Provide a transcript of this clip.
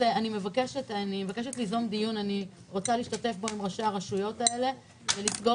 אני מבקשת ליזום דיון עם ראשי הרשויות ולסגור